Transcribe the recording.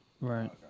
Right